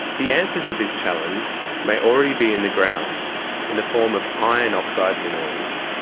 the answer to this challenge may already be in the ground in the form of iron oxide minerals.